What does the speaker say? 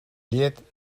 llet